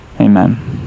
amen